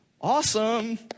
Awesome